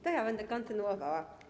To ja będę kontynuowała.